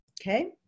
Okay